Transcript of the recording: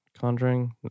Conjuring